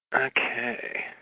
Okay